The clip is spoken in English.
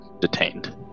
detained